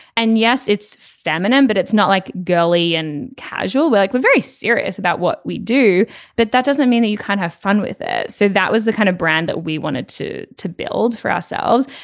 and yes it's feminine but it's not like girly and casual work. like we're very serious about what we do but that doesn't mean that you can't have fun with it. so that was the kind of brand that we wanted to to build for ourselves.